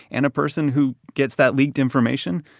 and a person who gets that leaked information,